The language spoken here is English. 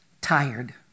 tired